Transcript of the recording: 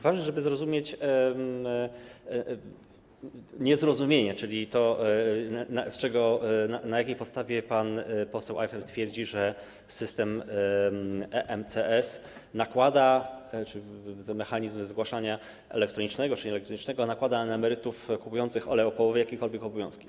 Ważne, żeby zrozumieć nieporozumienie, czyli to, na jakiej podstawie pan poseł Ajchler twierdzi, że system EMCS - tzn. mechanizm zgłaszania elektronicznego czy nieelektronicznego - nakłada na emerytów kupujących olej opałowy jakiekolwiek obowiązki.